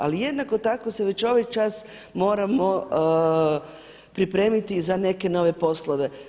Ali jednako tako se već ovaj čas moramo pripremiti za neke nove poslove.